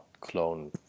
clone